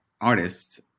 artist